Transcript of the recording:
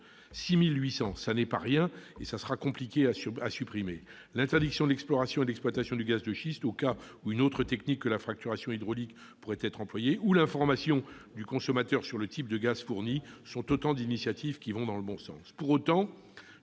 ; ce n'est pas rien, et il ne sera pas aisé de les supprimer -, l'interdiction de l'exploration et de l'exploitation du gaz de schiste, au cas où une autre technique que la fracturation hydraulique pourrait être employée, ou l'information du consommateur sur le type de gaz fourni sont autant d'initiatives qui vont dans le bon sens.